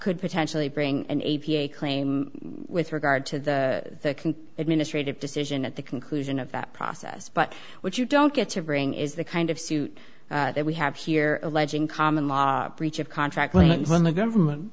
could potentially bring an a p a claim with regard to the administrative decision at the conclusion of that process but what you don't get to bring is the kind of suit that we have here alleging common law breach of contract land when the government